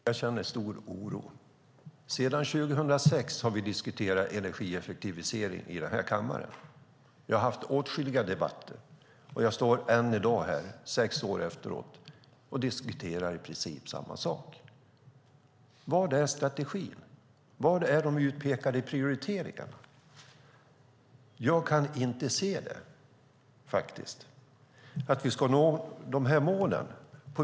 Herr talman! Jo, jag känner stor oro. Sedan 2006 har vi diskuterat energieffektivisering i den här kammaren. Vi har haft åtskilliga debatter, och jag står än i dag här, sex år senare, och diskuterar i princip samma sak. Vad är strategin? Var är de utpekade prioriteringarna? Jag kan inte se på vilket sätt vi ska nå de här målen.